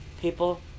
People